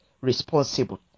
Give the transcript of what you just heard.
responsible